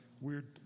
weird